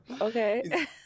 Okay